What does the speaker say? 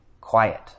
quiet